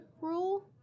rule